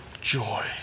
joy